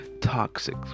toxic